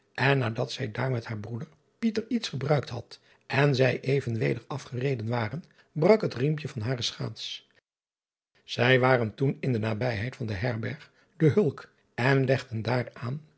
en nadat zij daar met haar driaan oosjes zn et leven van illegonda uisman broeder iets gebruikt had en zij even weder afgereden waren brak het riempje van hare schaats ij waren toen in de nabijheid van de herberg de ulk en legden daar aan